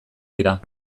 dira